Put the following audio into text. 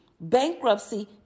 Bankruptcy